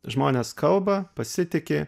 žmonės kalba pasitiki